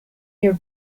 your